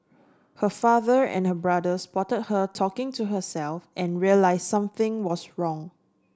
her father and her brother spotted her talking to herself and realised something was wrong